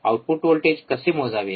output voltage कसे मोजावे